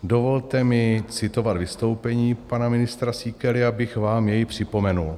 Dovolte mi citovat vystoupení pana ministra Síkely, abych vám jej připomenul: